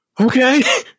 Okay